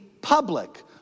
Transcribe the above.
public